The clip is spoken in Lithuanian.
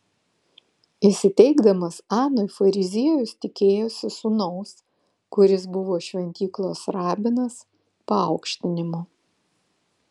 įsiteikdamas anui fariziejus tikėjosi sūnaus kuris buvo šventyklos rabinas paaukštinimo